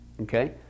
Okay